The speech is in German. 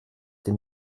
dem